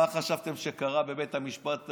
מה חשבתם שקרה בבית המשפט העליון,